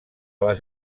les